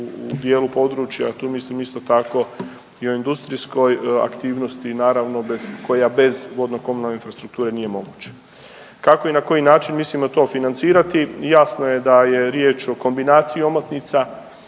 u dijelu područja tu mislim isto tako i o industrijskoj aktivnosti naravno bez, koja bez vodnokomunalne infrastrukture nije moguća. Kako i na koji način to mislimo financirati jasno je da je riječ o kombinaciji omotnica